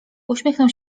uśmiechnął